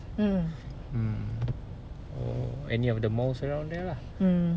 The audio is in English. mm